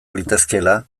litezkeela